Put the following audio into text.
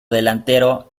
delantero